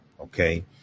okay